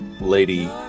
lady